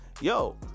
yo